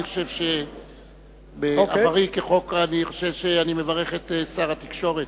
אני חושב שאני מברך את שר התקשורת.